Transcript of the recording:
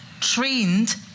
trained